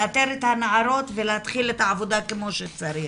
לאתר את הנערות ולהתחיל את העבודה כמו שצריך.